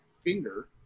finger